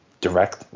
direct